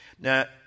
Now